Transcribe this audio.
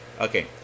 Okay